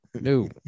no